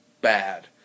bad